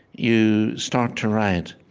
you start to write,